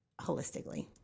holistically